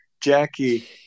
Jackie